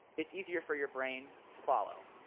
it's easier for your brain to follow.